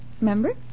Remember